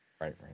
right